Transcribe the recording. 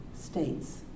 states